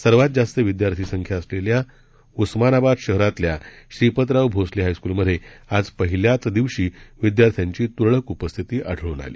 सर्वात जास्त विद्यार्थी संख्या असलेल्या उस्मानाबाद शहरातल्या श्रीपतराव भोसले हायस्कूल मध्ये आज पहिल्याच दिवशी विद्यार्थ्यांची तुरळक उपस्थिती आढळून आली